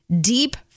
deep